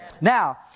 Now